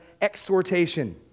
exhortation